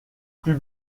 plus